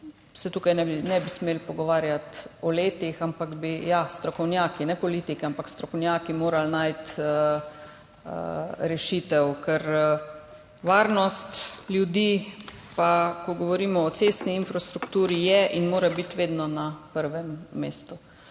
se tukaj ne bi smeli pogovarjati o letih, ampak bi strokovnjaki, ne politiki, morali najti rešitev. Varnost ljudi, ko govorimo o cestni infrastrukturi, je in mora biti vedno na prvem mestu.